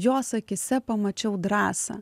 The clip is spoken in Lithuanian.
jos akyse pamačiau drąsą